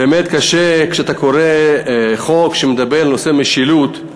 באמת קשה כשאתה קורא חוק שמדבר על נושא המשילות,